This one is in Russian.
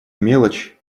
мелочь